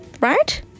right